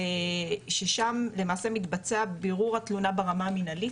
ששם למעשה מתבצע בירור התלונה ברמה המנהלית,